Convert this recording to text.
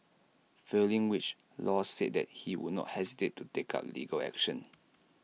failing which law said that he would not hesitate to take up legal action